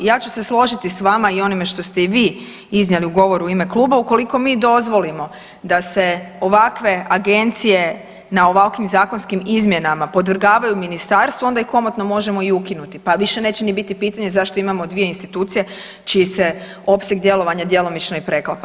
Ja ću se složiti s vama i onime što ste i vi iznijeli u govoru u ime kluba, ukoliko mi dozvolimo da se ovakve agencije na ovakvim zakonskim izmjenama podvrgavaju Ministarstvu, onda ih komotno možemo i ukinuti pa više neće ni biti pitanje zašto imamo dvije institucije čiji se opseg djelovanja djelomično i preklapa.